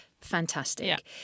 fantastic